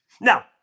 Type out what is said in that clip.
Now